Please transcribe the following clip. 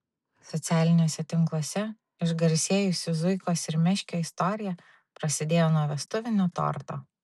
socialiniuose tinkluose išgarsėjusių zuikos ir meškio istorija prasidėjo nuo vestuvinio torto